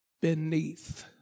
beneath